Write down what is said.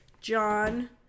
John